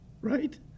right